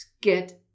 get